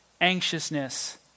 Anxiousness